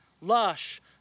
lush